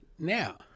Now